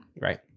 Right